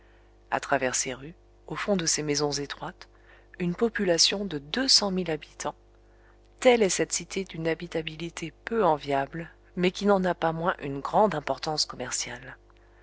à travers ces rues au fond de ces maisons étroites une population de deux cent mille habitants telle est cette cité d'une habitabilité peu enviable mais qui n'en a pas moins une grande importance commerciale